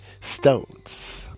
stones